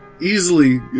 easily